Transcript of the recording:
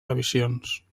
revisions